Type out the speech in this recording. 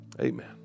amen